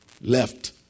left